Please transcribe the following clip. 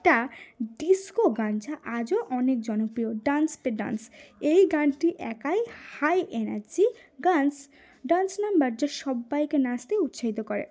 টা ডিসকো গান যা আজও অনেক জনপ্রিয় ডান্স পে ডান্স এই গানটি একাই হাই এনার্জি গান্ ডান্স নাম্বার যা সবাইকে নাচতে উৎসাহিত করে